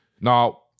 Now